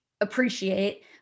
appreciate